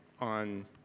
on